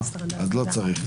אז לא צריך.